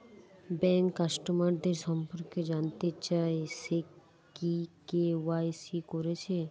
bank কাস্টমারদের সম্পর্কে জানতে চাই সে কি কে.ওয়াই.সি কোরেছে